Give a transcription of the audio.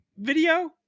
video